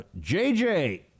JJ